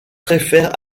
préfère